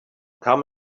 come